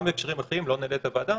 גם בהקשרים אחרים, ולא נלאה את הוועדה,